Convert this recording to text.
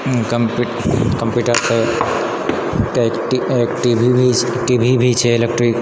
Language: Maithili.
कंप्यूटर सब टी वी भी टी वी भी छै इलेक्ट्रिक